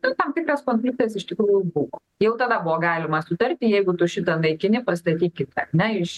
na tam tikras konfliktas iš tikrųjų buvo jau tada buvo galima sutarti jeigu tu šitą naikini pastatyk kitą ar ne iš